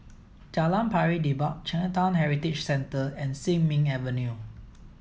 Jalan Pari Dedap Chinatown Heritage Centre and Sin Ming Avenue